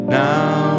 now